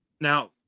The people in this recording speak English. Now